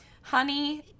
honey